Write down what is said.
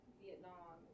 vietnam